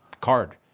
card